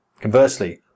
Conversely